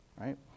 right